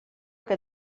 que